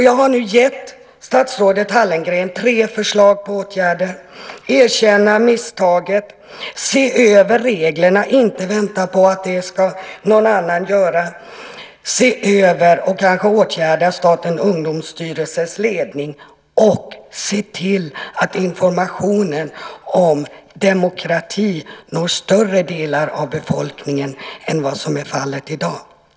Jag har nu gett statsrådet Hallengren några förslag på åtgärder: erkänna misstaget, se över reglerna och inte vänta på att någon annan ska göra det, se över och kanske åtgärda Statens ungdomsstyrelses ledning och se till att informationen om demokrati når större delar av befolkningen än vad som är fallet i dag.